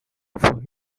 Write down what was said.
for